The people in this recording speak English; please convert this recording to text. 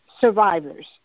survivors